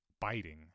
biting